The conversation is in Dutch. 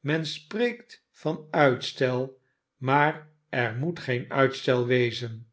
men spreekt van uitstel maar er moet geen uitstel wezen